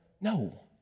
No